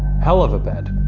hell of a bed,